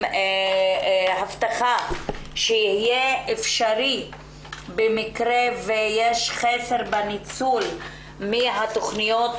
הבטחה שיהיה אפשר במקרה ויש חסר בניצול של התוכניות